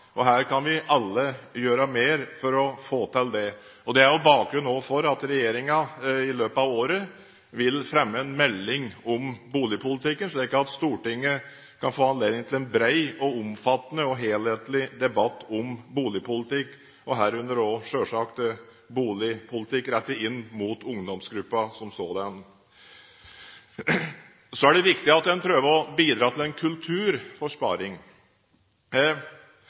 ungdomsgruppen. Her kan vi alle gjøre mer for å få til det. Det er også bakgrunnen for at regjeringen i løpet av året vil fremme en melding om boligpolitikken, slik at Stortinget kan få anledning til en bred og omfattende og helhetlig debatt om boligpolitikk, herunder også selvsagt boligpolitikk rettet inn mot ungdomsgruppen som sådan. Så er det viktig at en prøver å bidra til en kultur for sparing.